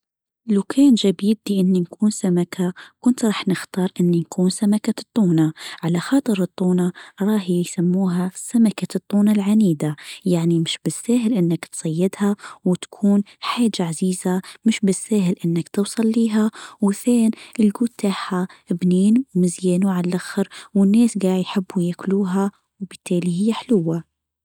لو كان جه بيدي إني نكون سمكه كنت راح نختار إني نكون سمكة التونه على خاطر التونه راهي يسموها سمكه التونه العنيده يعني مش بالساهل انك تصيدها وتكون حاجه عزيزه مش بالساهل أنك توصل لها. وثان الجود تاعها ابنين وعلى الاخر والناس قاع يحبوا ياكلوها وبالتالي هي حلوه.